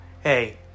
hey